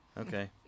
Okay